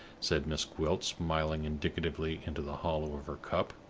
said miss gwilt, smiling indicatively into the hollow of her cup.